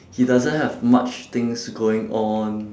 he doesn't have much things going on